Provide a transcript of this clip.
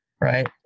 right